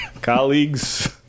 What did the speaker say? Colleagues